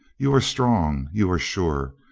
you are strong you are sure.